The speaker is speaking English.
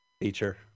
feature